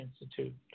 Institute